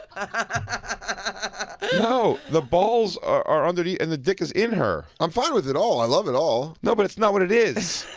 no. the balls are undernea and the dick is in her. i'm fine with it all. i love it all. no, but that's not what it is.